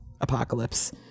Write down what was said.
apocalypse